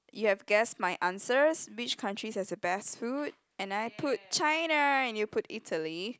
you have guessed my answers which country has the best food and I put China and you put Italy